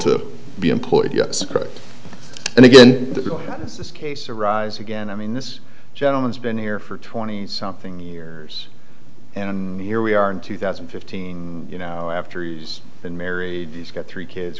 to be employed yes and again this case arise again i mean this gentleman's been here for twenty something years and here we are in two thousand and fifteen you know after he's been married he's got three kids